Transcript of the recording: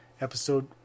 Episode